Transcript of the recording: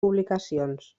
publicacions